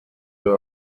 you